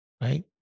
right